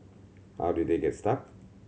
how did they get stuck